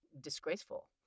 disgraceful